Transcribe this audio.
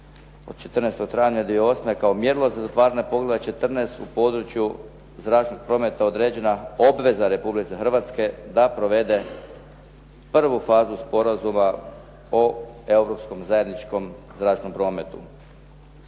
travnja 2008. kao mjerilo za zatvaranje poglavlja 14. u području zračnog prometa određena obveza Republike Hrvatske da provede prvu fazu Sporazuma o europskom zajedničkom zračnom prometu.